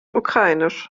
ukrainisch